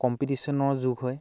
কম্পিটিশ্যনৰ যুগ হয়